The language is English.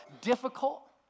difficult